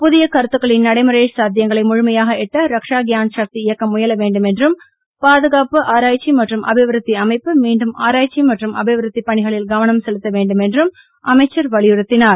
புதிய கருத்துகளின் நடைமுறை சாத்தியங்களை முழுமையாக எட்ட ரக்சா கியான் சக்தி இயக்கம் முயல வேண்டும் என்றும் பாதுகாப்பு ஆராய்ச்சி மற்றும் அபிவிருத்தி அமைப்பு மீண்டும் ஆராய்ச்சி மற்றும் அபிவிருத்தி கவனம் செலுத்த வேண்டும் என்றும் அமைச்சர் பணிகளில் வலியுறுத்தினார்